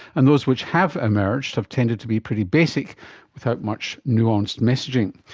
and those which have emerged have tended to be pretty basic without much nuanced messaging.